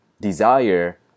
desire